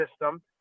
system